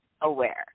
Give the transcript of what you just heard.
aware